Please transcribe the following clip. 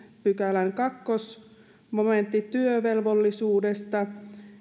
pykälän toinen momentti työvelvollisuudesta